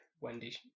Wendy